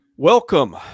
Welcome